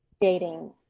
dating